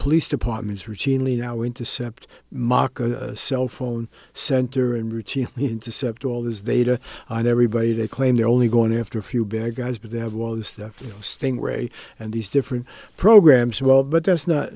police departments routinely now intercept mock cell phone center and routine intercept all this data on everybody they claim they're only going after a few bad guys but they have all this sting ray and these different programs as well but that's not